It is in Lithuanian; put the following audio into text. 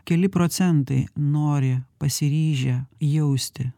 keli procentai nori pasiryžę jausti